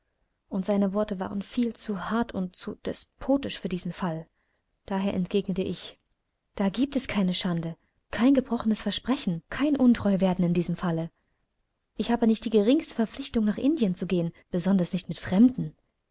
und seine worte waren viel zu hart und viel zu despotisch für diesen fall daher entgegnete ich da giebt es keine schande kein gebrochenes versprechen kein untreuwerden in diesem falle ich habe nicht die geringste verpflichtung nach indien zu gehen besonders nicht mit fremden